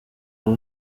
aba